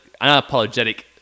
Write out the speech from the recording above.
unapologetic